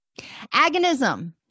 Agonism